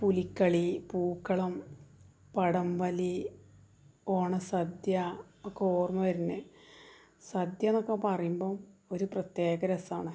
പുലിക്കളി പൂക്കളം വടംവലി ഓണസദ്യ ഒക്കെ ഓർമ്മ വര്ന്നെ സദ്യാന്നൊക്കെ പറയുമ്പോള് ഒരു പ്രത്യേക രസമാണ്